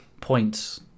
points